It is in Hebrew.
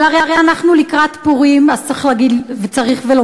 אבל אנחנו הרי לקראת פורים, אז צריך לבוא ולומר: